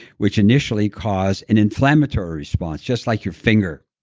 which initially cause an inflammatory response just like your finger